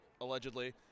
allegedly